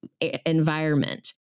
environment